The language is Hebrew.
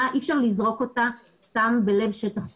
אי אפשר לזרוק שכונה סתם בלב שטח פתוח.